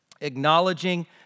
acknowledging